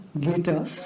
glitter